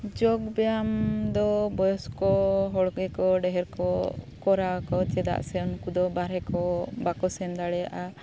ᱡᱳᱜᱽ ᱵᱮᱭᱟᱢ ᱫᱚ ᱵᱚᱭᱮᱥᱠᱚ ᱦᱚᱲ ᱜᱮᱠᱚ ᱰᱷᱮᱨ ᱠᱚ ᱠᱚᱨᱟᱣᱟᱠᱚ ᱪᱮᱫᱟᱜ ᱥᱮ ᱩᱱᱠᱩ ᱫᱚ ᱵᱟᱨᱦᱮ ᱠᱚ ᱵᱟᱠᱚ ᱥᱮᱱ ᱫᱟᱲᱮᱭᱟᱜᱼᱟ